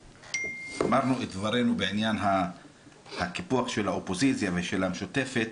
אמרנו את דברנו בעניין הקיפוח של האופוזיציה ושל המשותפת,